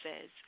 says